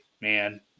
man